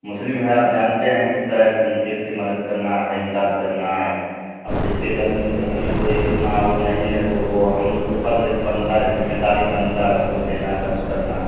مسلم ہے آب جانتے ہیں کس طرح کس کی مدد کرنا ہے امداد کرنا ہے اب جس کے گھر گھر میں کوئی اتنا وہ نہیں ہے تو وہ ہم لوگ کے فرض ایک بنتا ہے ذمہ داری بنتا ہے اس کو دینا خرچ کرنا